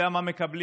יודע מה מקבלים,